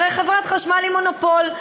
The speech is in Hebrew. הרי חברת חשמל היא מונופול.